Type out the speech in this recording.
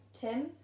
Tim